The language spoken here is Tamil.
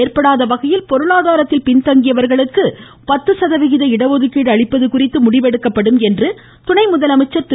ஏற்படாத வகையில் பொருளாதாரத்தில் பின்தங்கியவர்களுக்கு பத்து சதவிகித இடஒதுக்கீடு அளிப்பது குறித்து முடிவெடுக்கப்படும் என்று துணை முதலமைச்சர் திரு